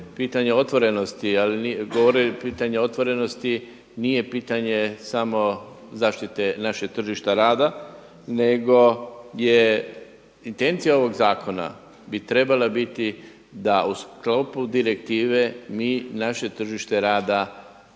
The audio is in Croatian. pitanje otvorenosti, ali pitanje otvorenosti nije pitanje samo zaštite našeg tržišta rada, nego je intencija ovog zakona bi trebala biti da u sklopu direktive mi naše tržište rada osiguramo,